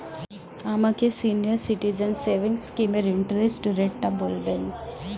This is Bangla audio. আমাকে সিনিয়র সিটিজেন সেভিংস স্কিমের ইন্টারেস্ট রেটটা বলবেন